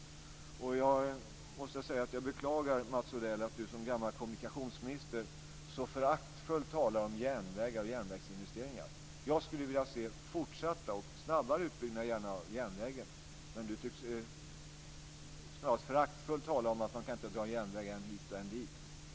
Jag beklagar att Mats Odell som gammal kommunikationsminister så föraktfullt talar om järnvägar och järnvägsinvesteringar. Jag skulle vilja se fortsatta och gärna snabbare utbyggnader av järnvägen. Men Mats Odell talar snarast föraktfullt om att man inte kan dra järnväg än hit och än dit.